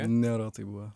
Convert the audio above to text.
nėra taip buvę